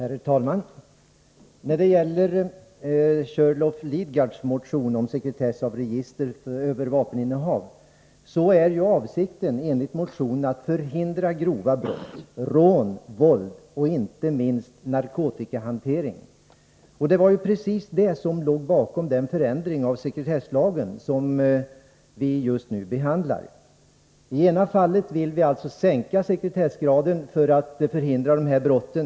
Herr talman! Avsikten med Björn Körlofs och Bertil Lidgards motion om sekretessbeläggning av register över vapeninnehav är, enligt motionen, att förhindra grova brott, rån, våld och — inte minst — narkotikahantering. Det var precis det som låg bakom den förändring av sekretesslagen som vi just nu behandlar. I det ena fallet vill vi alltså sänka sekretessgraden för att förhindra de nämnda brotten.